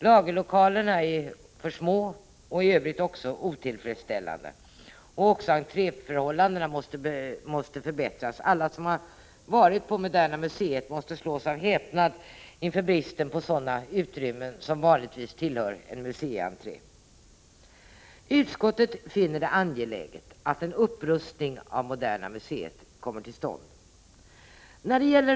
Lagerlokalerna är för små och i övrigt också otillfredsställande. Även entréförhållandena måste förbättras. Alla som har varit på Moderna museet måste slås av häpnad inför bristen på sådana utrymmen som vanligtvis tillhör ett museums entré. Utskottet finner det angeläget att en upprustning av Moderna museet kommer till stånd.